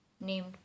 named